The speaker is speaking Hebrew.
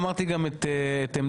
אמרתי גם את עמדתי,